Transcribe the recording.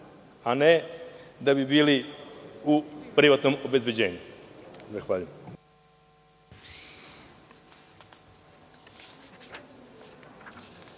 a ne da bi bili u privatnom obezbeđenju.